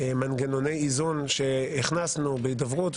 מנגנוני איזון שהכנסנו בהידברות,